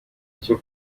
cyo